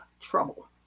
trouble